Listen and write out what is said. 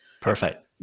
perfect